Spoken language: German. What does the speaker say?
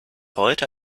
heute